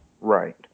right